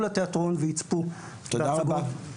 לתיאטרון ויצפו בהצגות --- תודה רבה.